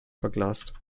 verglast